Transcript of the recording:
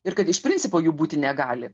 ir kad iš principo jų būti negali